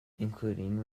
including